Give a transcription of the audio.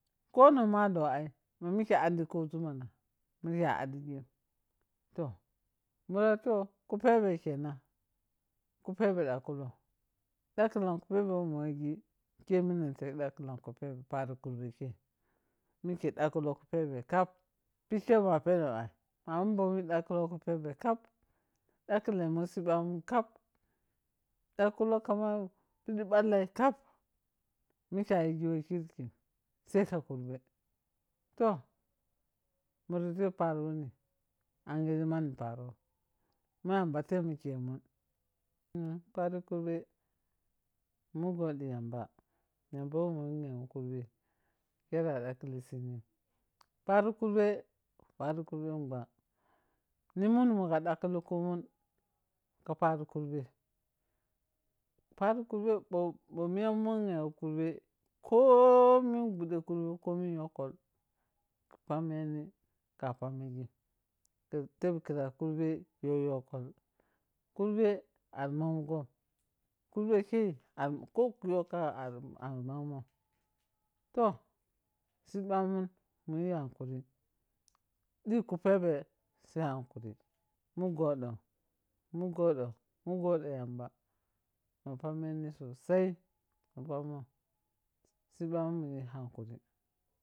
Koh neng ma doh ai ma mike adi khuzun mana mike a aghephem mura toh mura toh ku pebe kenan kupebe dakhuloa dakhilan kupebe womu wosi ke mamani dakhilab kupebe pari kur beke kurbe mike daklulou kupehe pari kurbe ke mike dakhu loce kupebe kab pike muna penom ai amma bomi dakhu lou ku pebekal dakhi lemun siba mun kap dakhulou kama pidi ɓalo. Kap mike ayisji we kirkim sai ka kurbe toh muri yi paro wuni anghije mari parom ma yamba temekemun em! Pari kurbe mu gode yamba, yamba weh munenmum kurbe khere a dakhe li sinim pari kurbe, pari karbo mbang ni mun munga dakdhili kumun ka pari kurbe pari kurbe ɓo ɓo miya munghego karbe kohmin ɓhude kurba ku min yokkol ka pamenin ka pamisim khi tep kara kurbe yoh yokkos, kurbe ar mangom kurbe ke ko ka yo yangang ar mangom toh siɓamun ma yihakuri de ku pebe sai hakuri mu godou mu godou yamba ni pameni sosai! Mun pamou sai munyi hakuri.